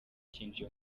cyinjiye